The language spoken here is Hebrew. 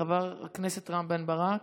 חבר הכנסת רם בן ברק.